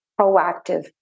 proactive